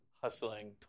hustling